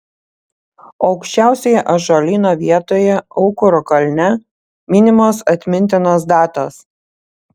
aukščiausioje ąžuolyno vietoje aukuro kalne minimos atmintinos datos